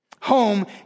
Home